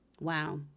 Wow